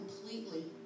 completely